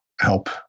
help